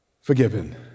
forgiven